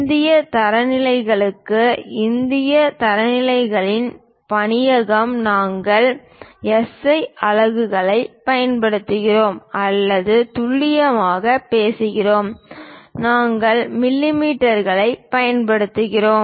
இந்திய தரநிலைகளுக்கு இந்திய தரநிலைகளின் பணியகம் நாங்கள் SI அலகுகளைப் பயன்படுத்துகிறோம் அல்லது துல்லியமாகப் பேசுகிறோம் நாங்கள் மில்லிமீட்டர்களைப் பயன்படுத்துகிறோம்